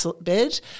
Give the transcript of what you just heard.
bed